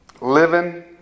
living